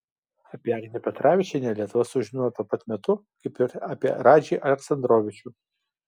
apie agnę petravičienę lietuva sužinojo tuo pat metu kaip ir apie radžį aleksandrovičių